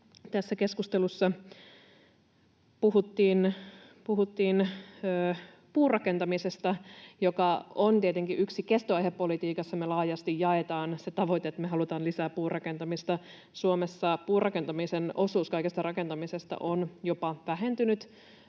tässä keskustelussa puhuttiin puurakentamisesta, joka on tietenkin yksi kestoaihe politiikassa. Me laajasti jaetaan se tavoite, että me halutaan lisää puurakentamista. Suomessa puurakentamisen osuus kaikesta rakentamisesta on jopa vähentynyt,